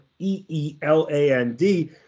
E-E-L-A-N-D